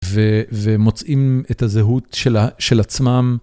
ומוצאים את הזהות של עצמם.